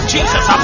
Jesus